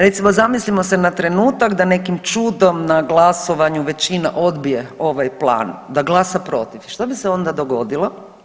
Recimo zamislimo se na trenutak da nekim čudom na glasovanju većina odbije ovaj plan, da glasa protiv, šta bi se onda dogodilo?